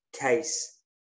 case